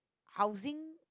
housing